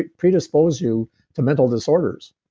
predispose you to mental disorders.